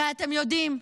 הרי אתם יודעים,